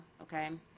okay